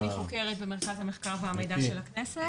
אני חוקרת במרכז המחקר והמידע של הכנסת.